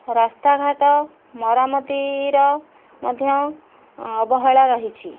ରାସ୍ତା ଘାଟ ମରାମତିର ମଧ୍ୟ ଅବହେଳା ରହିଛି